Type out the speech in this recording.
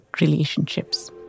relationships